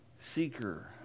seeker